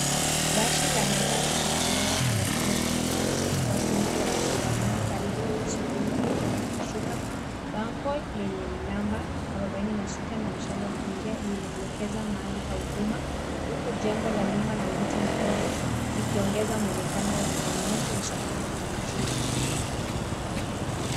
Basi la manjano limesimama kando ya barabara. Watu wengi wamesongamana karibu, wakingoja kuingia au kushuka. Bango lenye namba 46 na mshale wa kuingia linaelekeza mahali pa huduma. Nyuma yake kuna jengo na miti midogo, vikiongeza mwonekano wa eneo la usafiri wa mjini.